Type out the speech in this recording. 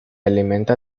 alimenta